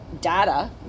data